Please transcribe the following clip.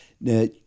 Now